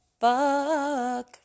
fuck